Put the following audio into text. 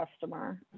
customer